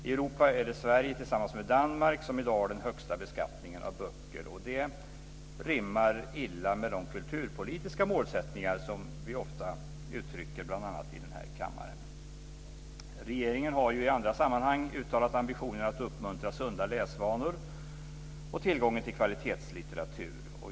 I Europa är det Sverige, tillsammans med Danmark, som i dag har den högsta beskattningen av böcker. Det rimmar illa med de kulturpolitiska målsättningar som vi ofta uttrycker bl.a. i den här kammaren. Regeringen har i andra sammanhang uttalat ambitionen att uppmuntra sunda läsvanor och tillgången till kvalitetslitteratur.